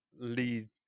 lead